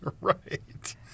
right